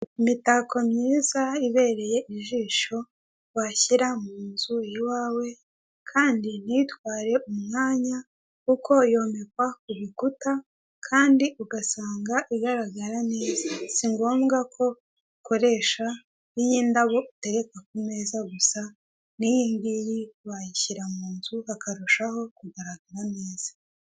Imitako myiza ibereye ijisho washyira munzu iwawe kandi nitware umwanya kuko yomekwa kugikuta kandi ugasanga igaragara neza singombwa ko ukoresha iyi indabo utereka kumeza gusa niyingiyi wayishyira munzu hakarushaho kugaragara neza.